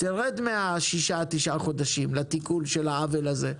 תרד מהשישה עד תשעה חודשים לתיקון של העוול הזה.